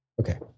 okay